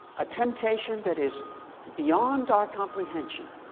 a temptation that is beyond our comprehension